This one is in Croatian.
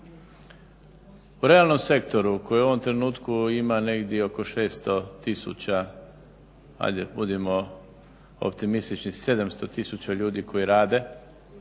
U realnom sektoru koji u ovom trenutku ima negdje oko 600 tisuća, budimo optimistični 700 tisuća ljudi koji rade